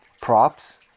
props